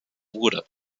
wurde